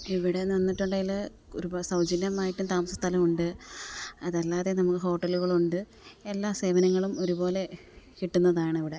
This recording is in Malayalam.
ഇവിടെ നിന്നിട്ടുണ്ടേൽ ഒരുപാട് സൗജന്യമായിട്ട് താമസം സ്ഥലമുണ്ട് അതല്ലാതെ നമുക്ക് ഹോട്ടലുകളുണ്ട് എല്ലാ സേവനങ്ങളും ഒരുപോലെ കിട്ടുന്നതാണ് ഇവിടെ